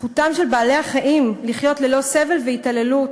זכותם של בעלי-החיים לחיות ללא סבל והתעללות,